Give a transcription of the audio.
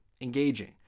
engaging